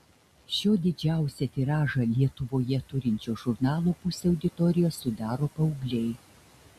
šio didžiausią tiražą lietuvoje turinčio žurnalo pusę auditorijos sudaro paaugliai